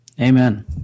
Amen